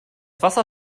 wasser